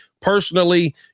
personally